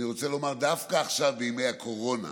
אני רוצה לומר שדווקא עכשיו, בימי הקורונה,